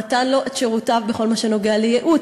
נתן לו את שירותיו בכל מה שנוגע לייעוץ